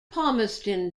palmerston